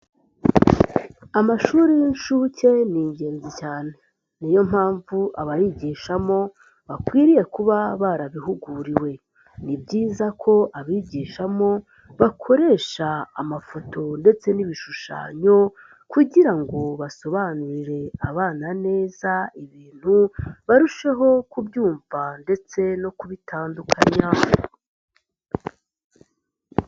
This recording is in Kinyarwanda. Amashuri y'inshuke ni ingenzi cyane. Ni yo mpamvu abayigishamo, bakwiriye kuba barabihuguriwe. Ni byiza ko abigishamo, bakoresha amafoto ndetse n'ibishushanyo, kugira ngo basobanurire abana neza ibintu, barusheho kubyumva ndetse no kubitandukanya.